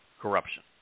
corruption